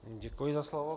Děkuji za slovo.